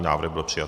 Návrh byl přijat.